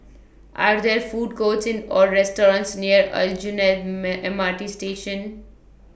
Are There Food Courts Or restaurants near Aljunied M R T Station